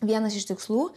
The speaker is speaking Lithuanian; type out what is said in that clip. vienas iš tikslų